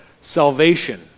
salvation